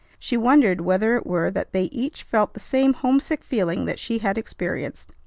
she wondered whether it were that they each felt the same homesick feeling that she had experienced.